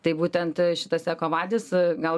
tai būtent šitas ekovadis gal